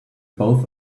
both